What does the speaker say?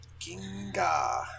Ginga